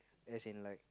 as in like